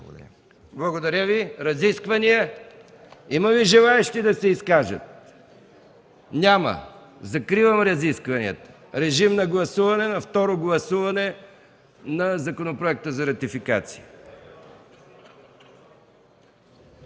Благодаря Ви. Разисквания? Има ли желаещи да се изкажат? Няма. Закривам разискванията. Режим за второ гласуване на законопроекта за ратификация.